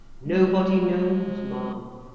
nobody knows, ma'am.